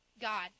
God